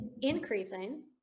increasing